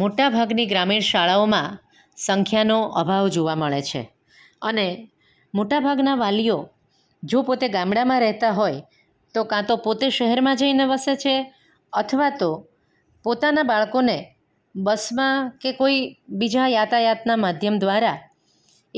મોટાભાગની ગ્રામીણ શાળાઓમાં સંખ્યાનો અભાવ જોવા મળે છે અને મોટાભાગના વાલીઓ જો પોતે ગામડામાં રહેતા હોય તો કાં તો પોતે શહેરમાં જઈને વસે છે અથવા તો પોતાના બાળકોને બસમાં કે કોઈ બીજા યાતાયાતનાં માધ્યમ દ્વારા